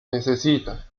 necesita